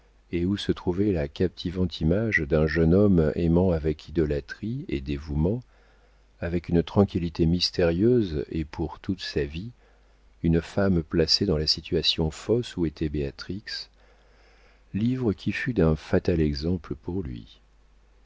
et où se trouvait la captivante image d'un jeune homme aimant avec idolâtrie et dévouement avec une tranquillité mystérieuse et pour toute sa vie une femme placée dans la situation fausse où était béatrix livre qui fut d'un fatal exemple pour lui